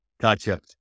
Gotcha